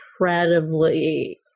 incredibly